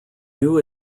new